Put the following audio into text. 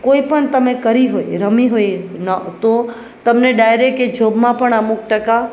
કોઈપણ તમે કરી હોય રમી હોય તો તમને ડાઇરેક્ટ જોબમાં પણ અમુક ટકા